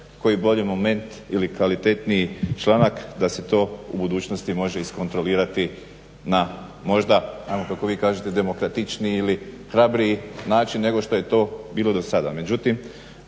koji bolji moment ili kvalitetniji članak da se to u budućnosti može iskontrolirati na možda kako vi kažete demokratičniji ili hrabriji način nego što je to bilo do sada.